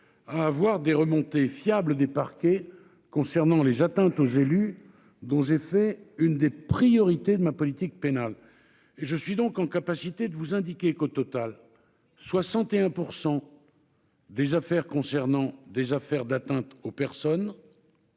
à obtenir des remontées fiables des parquets concernant les atteintes aux élus, dont j'ai fait l'une des priorités de ma politique pénale. Je suis donc en mesure de vous indiquer que, au total, 61 % des affaires concernent des faits d'atteinte aux personnes.